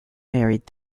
married